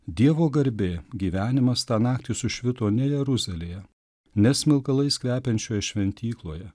dievo garbė gyvenimas tą naktį sušvito ne jeruzalėje ne smilkalais kvepiančioje šventykloje